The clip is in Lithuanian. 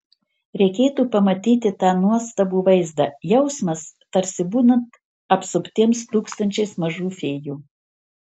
reikėtų pamatyti tą nuostabų vaizdą jausmas tarsi būnant apsuptiems tūkstančiais mažų fėjų